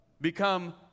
become